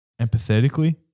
Empathetically